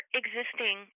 existing